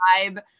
vibe